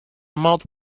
mouth